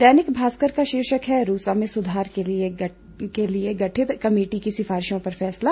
दैनिक भास्कर का शीर्षक है रूसा में सुधार के लिए गठित कमेटी की सिफारिशों पर फैसला